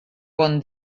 bon